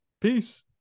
Peace